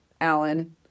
Alan